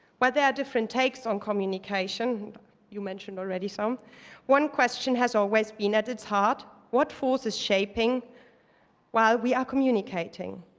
while there are different takes on communication you mentioned already some one question has always been at its heart what force is shaping while we are communicating?